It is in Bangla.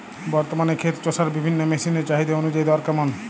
বর্তমানে ক্ষেত চষার বিভিন্ন মেশিন এর চাহিদা অনুযায়ী দর কেমন?